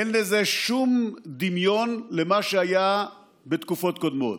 אין לזה שום דמיון למה שהיה בתקופות קודמות.